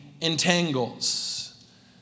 entangles